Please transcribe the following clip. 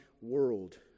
world